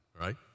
right